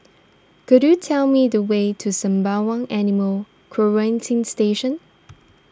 could you tell me the way to Sembawang Animal Quarantine Station